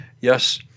yes